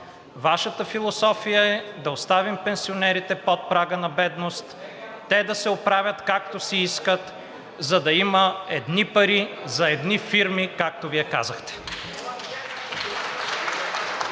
Вашата философия е да оставим пенсионерите под прага на бедност, те да се оправят както си искат, за да има едни пари за едни фирми, както Вие казахте.